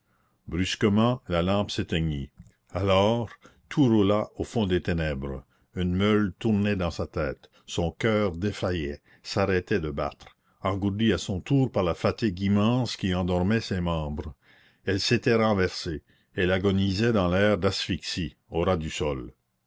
brusquement la lampe s'éteignit alors tout roula au fond des ténèbres une meule tournait dans sa tête son coeur défaillait s'arrêtait de battre engourdi à son tour par la fatigue immense qui endormait ses membres elle s'était renversée elle agonisait dans l'air d'asphyxie au ras du sol